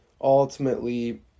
ultimately